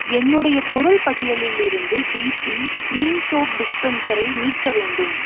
என்னுடைய பொருள் பட்டியலிலிருந்து டிபி க்ரீம் சோப் டிஸ்பென்சரை நீக்க வேண்டும்